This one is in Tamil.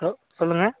ஹலோ சொல்லுங்கள்